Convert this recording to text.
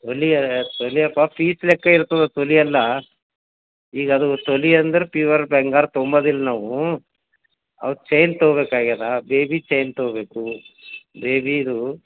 ತೊಲೆ ತೊಲೆಯಪ್ಪ ಪೀಸ್ ಲೆಕ್ಕ ಇರ್ತದೆ ತೊಲೆ ಅಲ್ಲ ಈಗ ಅದು ತೊಲೆ ಅಂದ್ರೆ ಪಿವರ್ ಬಂಗಾರ ತೊಂಬೋದಿಲ್ಲ ನಾವು ಅವು ಚೈನ್ ತೊಗೋಬೇಕಾಗಿದ ಬೇಬಿ ಚೈನ್ ತೊಗೋಬೇಕು ಬೇಬಿದು